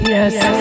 Yes